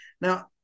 Now